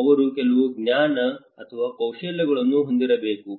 ಅವರು ಕೆಲವು ಜ್ಞಾನ ಅಥವಾ ಕೌಶಲ್ಯಗಳನ್ನು ಹೊಂದಿರಬೇಕು